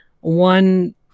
one